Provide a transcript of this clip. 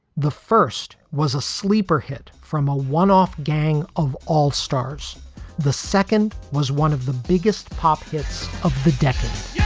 the first was a sleeper hit from a one off gang of all stars the second was one of the biggest pop hits of the decade